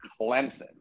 Clemson